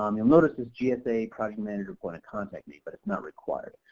um you'll notice this gsa project manager point of contact need but it's not required.